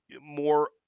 more